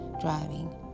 driving